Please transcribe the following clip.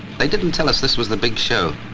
they didn't tell us this was the big show,